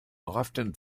often